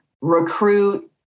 recruit